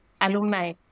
alumni